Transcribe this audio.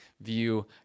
view